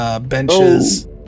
Benches